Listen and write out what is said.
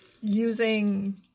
using